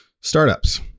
startups